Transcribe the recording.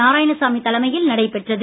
நாராயணசாமி தலைமையில் நடைபெற்றது